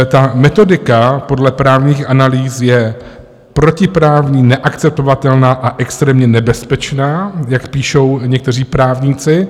Ta metodika podle právních analýz je protiprávní, neakceptovatelná a extrémně nebezpečná, jak píšou někteří právníci.